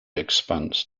expanse